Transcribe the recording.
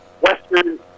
western